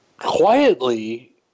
Quietly